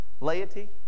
laity